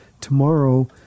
tomorrow